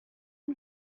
van